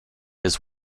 his